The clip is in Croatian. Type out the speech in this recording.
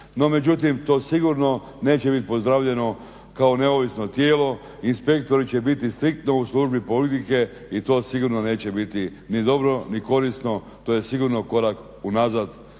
međutim to sigurno neće biti pozdravljeno kao neovisno tijelo. Inspektori će biti striktno u službi politike i to sigurno neće biti ni dobro ni korisno, to je sigurno korak unazad